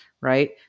right